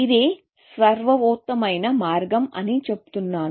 ఇదే సర్వోత్తమమైన మార్గం అని చెబుతున్నాను